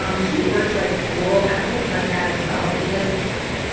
um keywords like cool, i don't really like that as well because